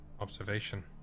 observation